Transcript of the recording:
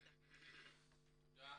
תודה.